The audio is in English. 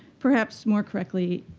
perhaps, more correctly,